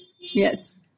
Yes